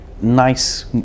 nice